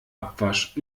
abwasch